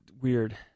weird